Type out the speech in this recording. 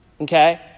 Okay